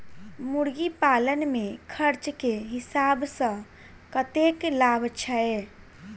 मुर्गी पालन मे खर्च केँ हिसाब सऽ कतेक लाभ छैय?